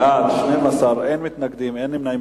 בעד, 12, אין מתנגדים, אין נמנעים.